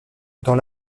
dans